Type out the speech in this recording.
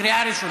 קריאה ראשונה.